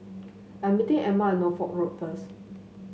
I am meeting Emma at Norfolk Road first